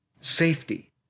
safety